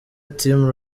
team